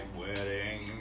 wedding